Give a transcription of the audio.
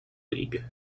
league